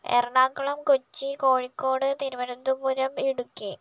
Ernakulam Kochi Kozhikode Thiruvananthapuram Idukki